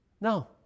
No